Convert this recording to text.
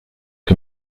que